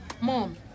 Mom